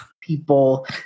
People